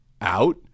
out